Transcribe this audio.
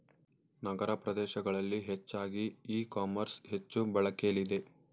ನಗರ ಪ್ರದೇಶಗಳಲ್ಲಿ ಹೆಚ್ಚಾಗಿ e commerce ಹೆಚ್ಚು ಬಳಕೆಲಿದೆ